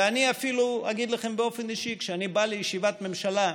ואני אפילו אגיד לכם באופן אישי: כשאני בא לישיבת ממשלה,